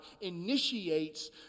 initiates